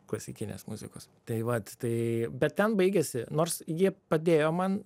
klasikinės muzikos tai vat tai bet ten baigėsi nors ji padėjo man